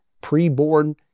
pre-born